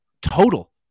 total